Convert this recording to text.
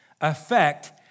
affect